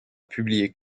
publié